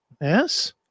yes